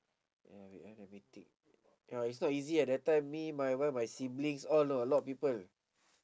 ya wait ah let me think ya it's not easy eh that time me my wife my siblings !alah! a lot of people